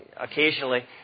occasionally